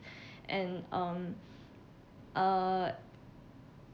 and um uh